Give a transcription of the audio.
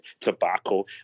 tobacco